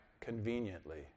conveniently